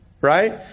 right